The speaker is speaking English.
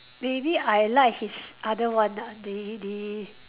maybe I like his other one ah the the